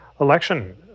election